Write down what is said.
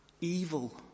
evil